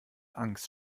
angst